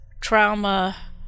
trauma